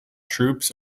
troops